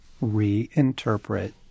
reinterpret